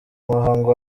muhango